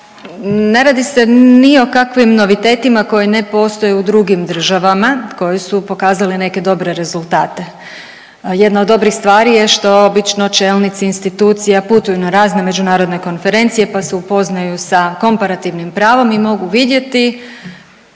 ne radi se ni o kakvim novitetima koji ne postoje u drugim državama, koji su pokazali neke dobre rezultate. Jedna od dobrih stvari je što obično čelnici institucija putuju na razne međunarodne konferencije, pa se upoznaju sa komparativnim pravom i mogu vidjeti